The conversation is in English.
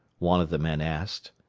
one of the men asked.